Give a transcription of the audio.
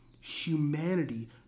humanity